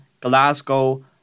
Glasgow